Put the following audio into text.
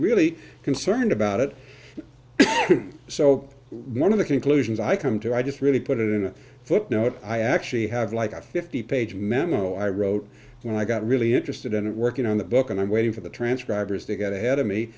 really concerned about it so one of the conclusions i come so i just really put it in a footnote i actually have like a fifty page memo i wrote and i got really interested in working on the book and i'm waiting for the transcribers to get ahead of me